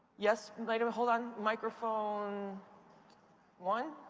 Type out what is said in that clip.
yes. kind of hold on, microphone one?